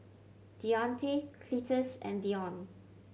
Deante Cletus and Deon